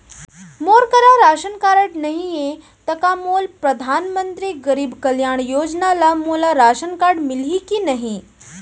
मोर करा ration card नहीं है त का मोल परधानमंतरी गरीब कल्याण योजना ल मोला राशन मिलही कि नहीं?